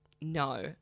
no